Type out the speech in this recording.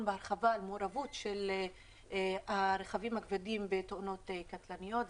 בהרחבה על המעורבות של הרכבים הכבדים בתאונות קטלניות.